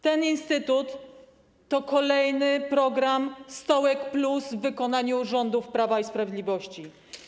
Ten instytut to kolejny program stołek+ w wykonaniu rządu Prawa i Sprawiedliwości.